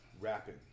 rapping